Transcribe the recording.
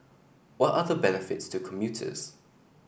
what are the benefits to commuters